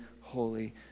holy